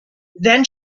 then